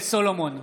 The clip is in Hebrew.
משה סולומון,